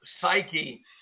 psyche